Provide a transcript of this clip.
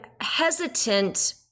hesitant